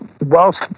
whilst